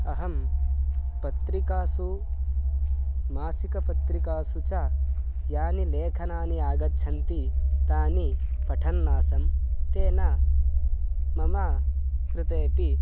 अहं पत्रिकासु मासिकपत्रिकासु च यानि लेखनानि आगच्छन्ति तानि पठन् आसम् तेन मम कृतेपि